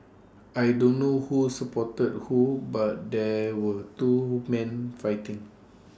I don't know who supported who but there were two men fighting